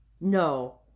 No